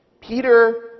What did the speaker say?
Peter